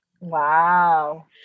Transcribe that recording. Wow